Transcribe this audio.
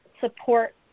support